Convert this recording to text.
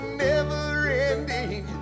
never-ending